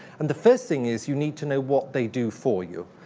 and the first thing is you need to know what they do for you.